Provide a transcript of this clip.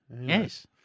Yes